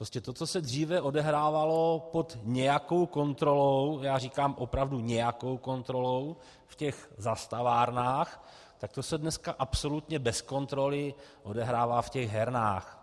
Prostě to, co se dříve odehrávalo pod nějakou kontrolou já říkám opravdu nějakou kontrolou v těch zastavárnách, tak to se dneska absolutně bez kontroly odehrává v hernách.